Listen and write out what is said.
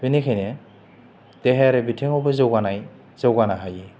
बिनिखायनो देहायारि बिथिङावबो जौगानाय जौगानो हायो